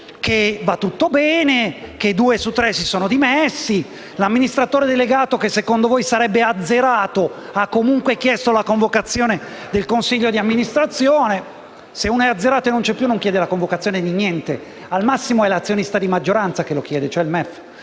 che va tutto bene, che due vertici su tre si sono dimessi e che l'amministratore delegato - che secondo voi sarebbe azzerato - ha comunque chiesto la convocazione del consiglio di amministrazione. Se uno è azzerato e non c'è più, non chiede la convocazione di niente: al massimo è l'azionista di maggioranza che lo chiede, e cioè il MEF.